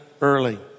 early